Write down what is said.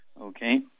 okay